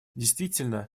действительно